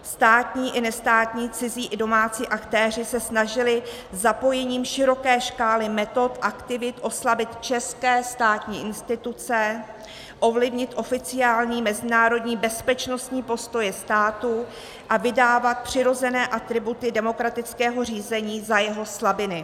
Státní i nestátní cizí i domácí aktéři se snažili zapojením široké škály metod, aktivit, oslabit české státní instituce, ovlivnit oficiální mezinárodní bezpečnostní postoje státu a vydávat přirozené atributy demokratického řízení za jeho slabiny.